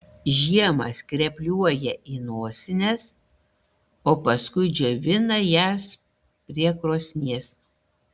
žiemą skrepliuoja į nosines o paskui džiovina jas prie krosnies